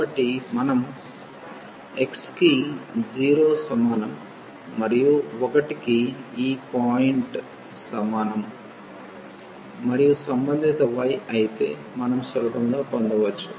కాబట్టి మనం x కి 0 సమానం మరియు 1 కి ఈ x పాయింట్ సమానం మరియు సంబంధిత y అయితే మనం సులభంగా పొందవచ్చు